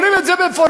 אומרים את זה במפורש.